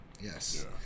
yes